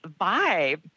vibe